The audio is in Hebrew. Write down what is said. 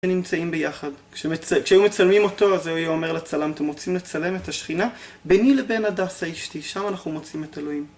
כשהם נמצאים ביחד, כשהם מצלמים אותו, אז הוא אומר לצלם, אתם רוצים לצלם את השכינה ביני לבין הדסה אשתי, שם אנחנו מוצאים את אלוהים.